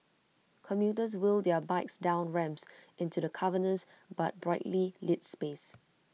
commuters wheel their bikes down ramps into the cavernous but brightly lit space